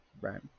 Right